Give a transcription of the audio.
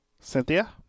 Cynthia